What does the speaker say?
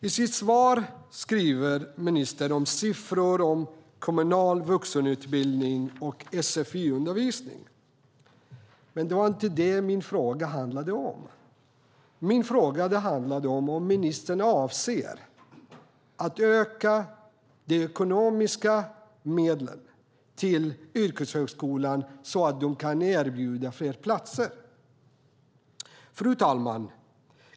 I sitt svar skriver ministern siffror om kommunal vuxenutbildning och sfi-undervisning, men det var inte vad min fråga handlade om. Min fråga var om ministern avser att öka de ekonomiska medlen till yrkeshögskolan så att den kan erbjuda fler platser. Fru talman!